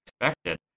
expected